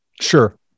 Sure